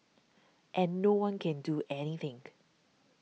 and no one can do any think